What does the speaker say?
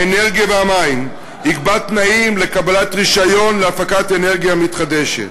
האנרגיה והמים יקבע תנאים לקבלת רישיון להפקת אנרגיה מתחדשת.